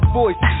voice